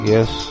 Yes